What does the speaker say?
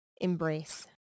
embrace